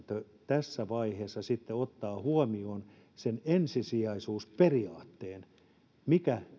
tässä vaiheessa sitten ottaa huomioon sen ensisijaisuusperiaatteen että mikä